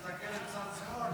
את מסתכלת מצד שמאל,